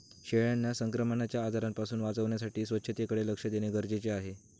शेळ्यांना संक्रमणाच्या आजारांपासून वाचवण्यासाठी स्वच्छतेकडे लक्ष देणे गरजेचे आहे